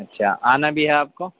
اچھا آنا بھی ہے آپ کو